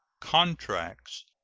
contracts,